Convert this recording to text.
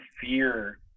fear